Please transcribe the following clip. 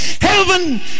Heaven